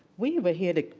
we were here to,